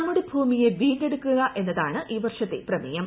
നമ്മുടെ ഭൂമിയെ വീണ്ടെടുക്കുക എന്നതാണ് ഈ വർഷത്തെ പ്രമേയം